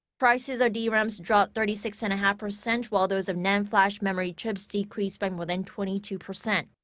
prices of drams dropped thirty six and a half percent. while those of nand flash memory chips decreased by more than twenty two percent.